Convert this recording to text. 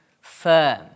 firm